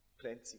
plenty